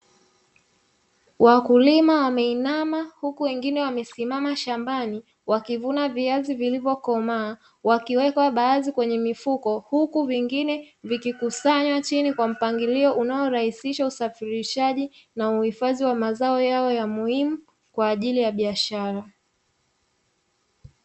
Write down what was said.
Wakulima wameinama huku wengine wamesimama shambani, wakivuna viazi vilivyo komaa, wakiweka baadhi kwenye mifuko huku vingine vikikusanywa chini kwa mpangilio unaorahisha usafirishaji na uhifadhi wa mazao hayo muhimu kwa ajili ya biashara.